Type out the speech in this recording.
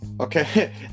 okay